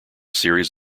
series